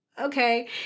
okay